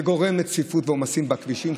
זה גורם לצפיפות ולעומסים בכבישים,